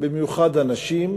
במיוחד הנשים,